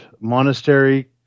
Monastery